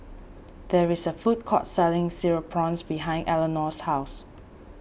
there is a food court selling Cereal Prawns behind Elinore's house